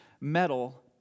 metal